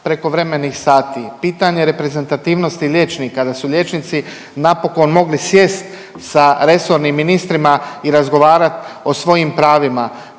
prekovremenih sati, pitanje reprezentativnosti liječnika da su liječnici napokon mogli sjest sa resornim ministrima i razgovarat o svojim pravima.